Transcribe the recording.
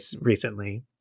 recently